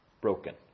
broken